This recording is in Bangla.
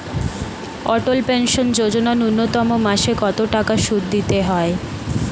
অটল পেনশন যোজনা ন্যূনতম মাসে কত টাকা সুধ দিতে হয়?